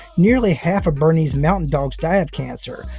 nearly half of bernese mountain dogs die of cancer,